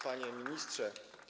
Panie Ministrze!